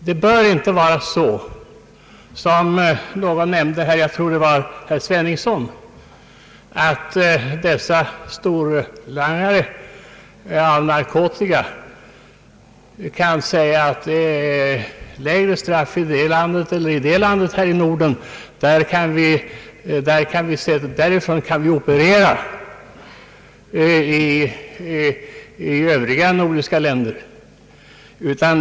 Det bör inte vara så som någon nämnde här — jag tror att det var herr Sveningsson — att storlangare av narkotika kan resonera som så att det är lägre straff i det ena landet än i det andra och att man därför väljer att operera från det land där straffet är lägst.